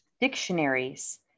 dictionaries